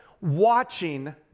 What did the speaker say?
watching